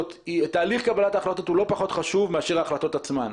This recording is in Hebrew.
תהליך קבלת ההחלטות הוא לא פשוט חשוב מאשר ההחלטות עצמן.